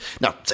Now